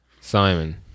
Simon